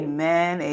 Amen